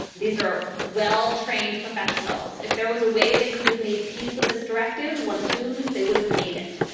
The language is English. these are well trained professionals. if there was a way they could have made peace with this directive, one assumes they would have made it.